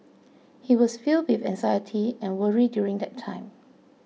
he was filled with anxiety and worry during that time